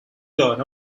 turn